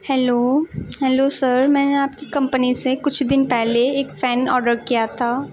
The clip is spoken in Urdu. ہیلو ہیلو سر میں نے آپ کی کمپنی سے کچھ دن پہلے ایک فین آرڈر کیا تھا